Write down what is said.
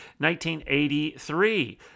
1983